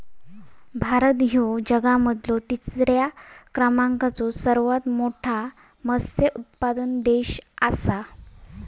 भारत ह्यो जगा मधलो तिसरा क्रमांकाचो सर्वात मोठा मत्स्य उत्पादक देश आसा